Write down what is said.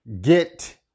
get